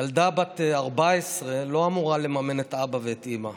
ילדה בת 14 לא אמורה לממן את אבא ואת אימא.